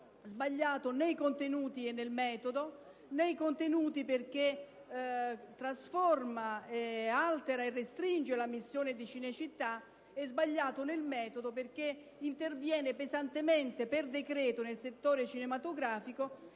sbagliato nei contenuti e nel metodo: nei contenuti, perché trasforma, altera e restringe la missione di Cinecittà; nel metodo perché interviene pesantemente per decreto nel settore cinematografico,